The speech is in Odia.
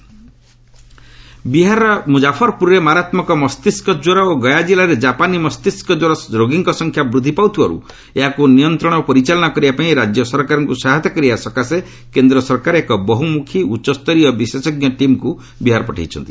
ହର୍ଷବର୍ଦ୍ଧନ ବିହାର ବିହାରର ମ୍ରଜାଫର୍ପ୍ରରେ ମାରାତ୍ମକ ମସ୍ତିଷ୍କ ଜ୍ୱର ଓ ଗୟା ଜିଲ୍ଲାରେ ଜାପାନୀ ମସ୍ତିଷ୍କ ଜ୍ୱର ରୋଗୀଙ୍କ ସଂଖ୍ୟା ବୃଦ୍ଧି ପାଉଥିବାର୍ତ ଏହାକୁ ନିୟନ୍ତ୍ରଣ ଓ ପରିଚାଳନା କରିବାପାଇଁ ରାଜ୍ୟ ସରକାରଙ୍କୁ ସହାୟତା କରିବା ସକାଶେ କେନ୍ଦ୍ର ସରକାର ଏକ ବହୁମୁଖୀ ଉଚ୍ଚସ୍ତରୀୟ ବିଶେଷଜ୍ଞ ଟିମ୍କୁ ବିହାର ପଠାଉଛନ୍ତି